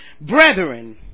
Brethren